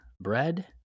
bread